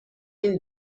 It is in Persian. این